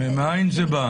מניין זה בא?